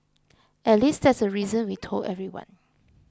at least that's the reason we told everyone